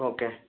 okay